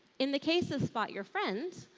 in the case of spot your friend,